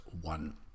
one